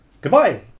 Goodbye